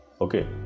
okay